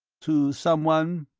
to someone?